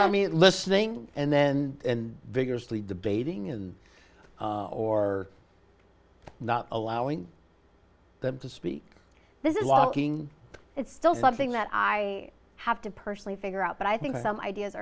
i mean listening and then and vigorously debating and or not allowing them to speak this is walking it's still something that i have to personally figure out but i think some ideas